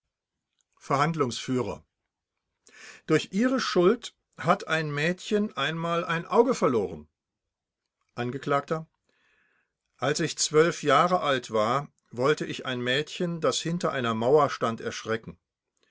verhandlungsführer durch ihre schuld hat ein mädchen einmal ein auge verloren angekl als ich jahre alt war wollte ich ein mädchen das hinter einer mauer stand erschrecken